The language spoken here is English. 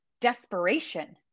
desperation